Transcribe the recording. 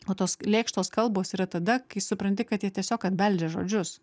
o tos lėkštos kalbos yra tada kai supranti kad jie tiesiog atbeldžia žodžius